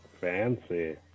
fancy